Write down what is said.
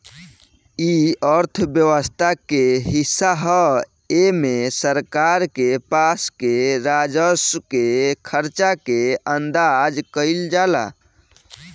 इ अर्थव्यवस्था के हिस्सा ह एमे सरकार के पास के राजस्व के खर्चा के अंदाज कईल जाला